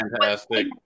fantastic